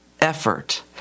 effort